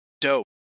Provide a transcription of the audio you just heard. Dope